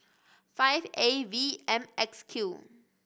five A V M X Q